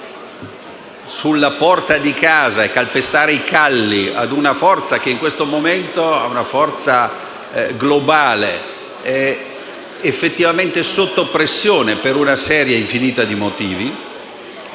sulla porta di casa (a calpestare i calli) di una forza che in questo momento è globale ed è effettivamente sotto pressione per una serie infinita di motivi.